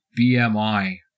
BMI